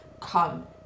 come